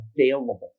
available